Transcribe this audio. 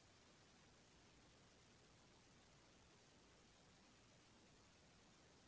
पाच एकर शेती मध्ये किती किलोग्रॅम केळीची रोपे लागतील?